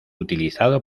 utilizado